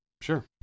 Sure